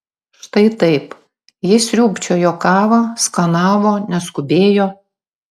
štai taip ji sriūbčiojo kavą skanavo neskubėjo